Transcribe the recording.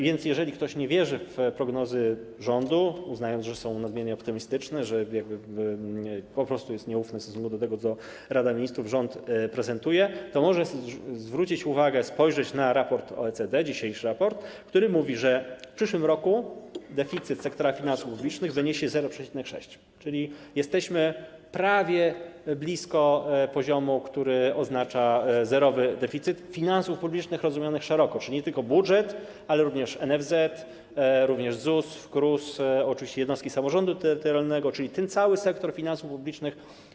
Więc jeżeli ktoś nie wierzy w prognozy rządu, uznając, że są nadmiernie optymistyczne, po prostu jest nieufny w stosunku do tego, co Rada Ministrów, rząd prezentują, to może zwrócić uwagę, spojrzeć na dzisiejszy raport OECD, który mówi, że w przyszłym roku deficyt sektora finansów publicznych wyniesie 0,6, czyli jesteśmy prawie blisko poziomu, który oznacza zerowy deficyt finansów publicznych rozumianych szeroko, czyli nie tylko budżet, ale również NFZ, ZUS, KRUS, oczywiście jednostki samorządu terytorialnego, czyli ten cały sektor finansów publicznych.